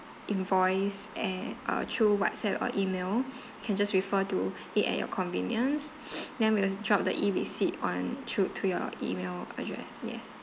invoice eh uh through whatsapp or email can just refer to it at your convenience then will drop the e receipt on through to your email address yes